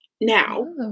Now